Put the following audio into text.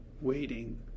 waiting